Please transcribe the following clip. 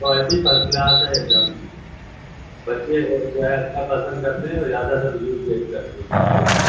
quality first class ہے ایک دم بچے جو ہے اچھا پسند کرتے ہیں اور زیادہ تر یوز یہی کرتے ہیں ہمیشہ سے